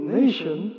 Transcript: nation